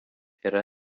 yra